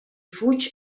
fuig